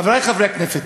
חברי חברי הכנסת,